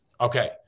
Okay